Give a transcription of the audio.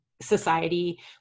society